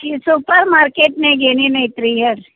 ಈ ಸೂಪರ್ ಮಾರ್ಕೆಟ್ನ್ಯಾಗ ಏನೇನು ಐತೆರಿ ಹೇಳ್ರಿ